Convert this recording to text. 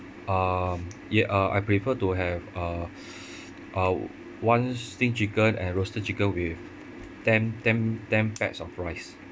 um ya I prefer to have a a one steamed chicken and roasted chicken with ten ten ten packs of rice